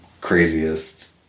craziest